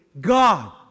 God